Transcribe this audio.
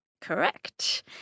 Correct